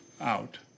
out